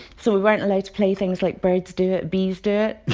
so we weren't allowed to play things like birds do it, bees do it